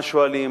מה שואלים,